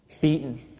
beaten